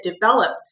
develop